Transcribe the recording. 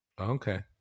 okay